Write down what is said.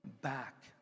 back